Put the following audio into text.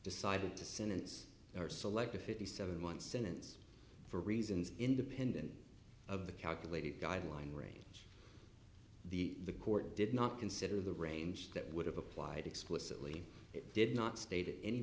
decided to sentence or select a fifty seven month sentence for reasons independent of the calculated guideline range the court did not consider the range that would have applied explicitly it did not state it